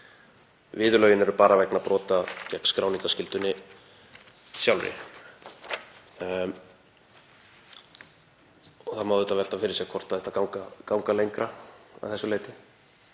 Viðurlögin eru bara vegna brota gegn skráningarskyldunni sjálfri. Það má auðvitað velta fyrir sér hvort ganga ætti lengra að þessu leyti.